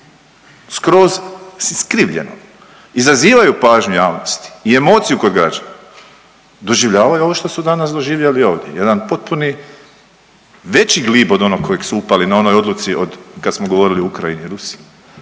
skroz iskrivljenom izazivaju pažnju javnosti i emociju kod građana doživljavaju ovo što su danas doživjeli ovdje, jedan potpuni veći glib od onog u koji su upali na onoj odluci od kad smo govorili o Ukrajini i Rusiji.